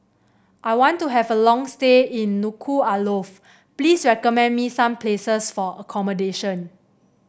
I want to have a long stay in Nuku'alofa please recommend me some places for accommodation